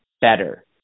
better